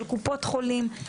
של קופות חולים,